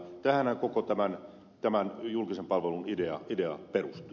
tähänhän koko tämän julkisen palvelun idea perustuu